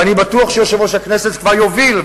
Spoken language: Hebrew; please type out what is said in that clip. ואני בטוח שיושב-ראש הכנסת כבר יוביל,